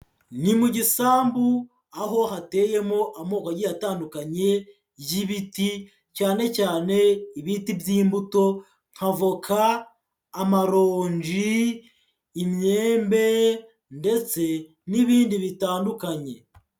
Ni mu gisambu aho hateyemo amoko agiye atandukanye y'ibiti cyane cyane ibiti by'imbuto nka voka, amaronji, imyembe ndetse n'ibindi bitandukanye.